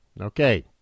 Okay